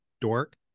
Dork